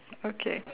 okay